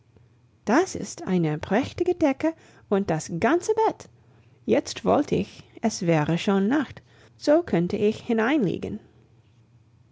das ist eine prächtige decke und das ganze bett jetzt wollt ich es wäre schon nacht so könnte ich hineinliegen